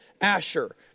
Asher